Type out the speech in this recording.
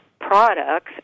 products